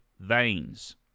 veins